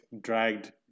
dragged